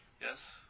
Yes